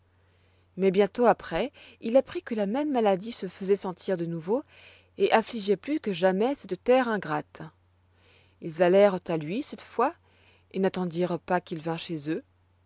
mais bientôt après il apprit que la même maladie se faisoit sentir de nouveau et affligeoit plus que jamais cette terre ingrate ils allèrent à lui cette fois et n'attendirent pas qu'il vînt chez eux